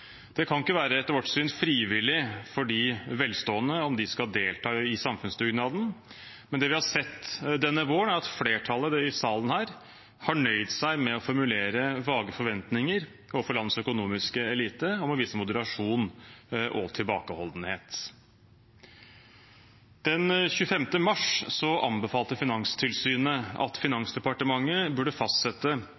Det kan ikke, etter vårt syn, være frivillig for de velstående om de skal delta i samfunnsdugnaden. Men det vi har sett denne våren, er at flertallet i salen her har nøyd seg med å formulere vage forventninger overfor landets økonomiske elite om å vise moderasjon og tilbakeholdenhet. Den 25. mars anbefalte Finanstilsynet at